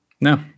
No